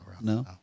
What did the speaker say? No